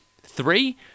Three